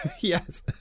Yes